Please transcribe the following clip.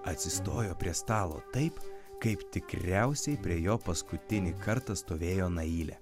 atsistojo prie stalo taip kaip tikriausiai prie jo paskutinį kartą stovėjo nailė